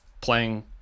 playing